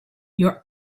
your